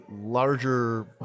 larger